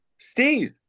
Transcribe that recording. Steve